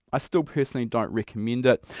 i still personally don't recommend it.